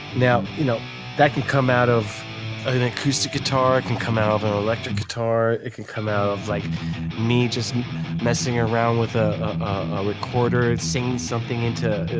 now, you know that can come out of an acoustic guitar, it can come out of an electric guitar, it can come out of like me just messing around with a recorder and singing something into